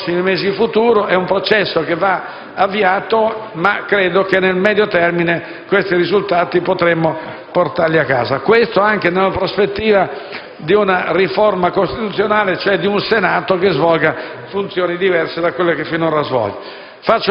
nei prossimi mesi: è un processo che va avviato, ma credo che nel medio termine potremo portare a casa questo risultato. Questo anche nella prospettiva di una riforma costituzionale, di un Senato che svolga funzioni diverse da quelle che finora ha svolto.